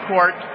Court